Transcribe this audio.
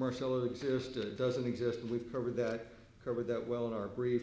marshall existed doesn't exist and we've covered that cover that well in our brief